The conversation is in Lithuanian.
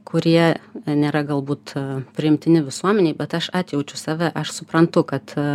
kurie nėra galbūt a priimtini visuomenei bet aš atjaučiu save aš suprantu kad